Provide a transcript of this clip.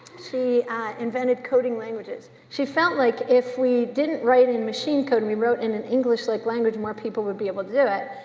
she invented coding languages. she felt like if we didn't write in machine code and we wrote in an english-like like language, more people would be able to do it.